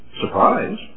surprise